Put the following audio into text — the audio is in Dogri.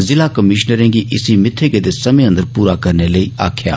जिला कमिशनरें गी इसी मित्थ गव समें अंदर पूरा करन लई आखभा